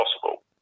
possible